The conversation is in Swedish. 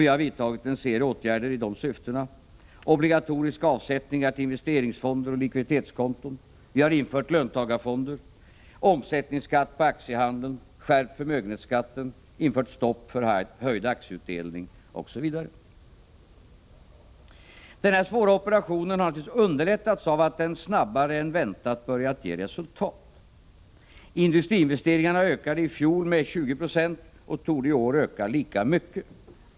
Vi har vidtagit en serie åtgärder i dessa syften: obligatoriska avsättningar till investeringsfonder och likviditetskonton, löntagarfondernas införande, omsättningsskatt på aktiehandel, skärpt förmögenhetsskatt, stopp för höjd aktieutdelning, osv. Denna svåra operation har naturligtvis underlättats av att den snabbare än väntat börjat ge resultat. Industriinvesteringarna ökade i fjol med 20 96, och de torde i år öka lika mycket.